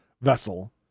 vessel